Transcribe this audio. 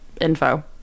info